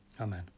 Amen